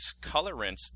colorants